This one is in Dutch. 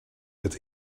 het